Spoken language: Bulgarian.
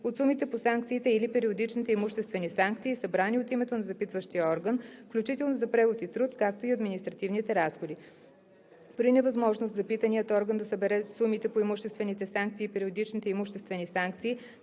от сумите по санкциите или периодичните имуществени санкции, събрани от името на запитващия орган, включително за превод и труд, както и административните разходи. При невъзможност запитаният орган да събере сумите по имуществените санкции и периодичните имуществени санкции,